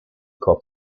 korb